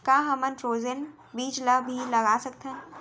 का हमन फ्रोजेन बीज ला भी लगा सकथन?